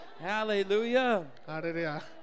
Hallelujah